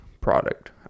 product